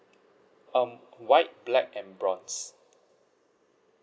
um white black and bronze